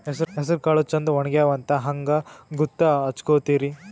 ಹೆಸರಕಾಳು ಛಂದ ಒಣಗ್ಯಾವಂತ ಹಂಗ ಗೂತ್ತ ಹಚಗೊತಿರಿ?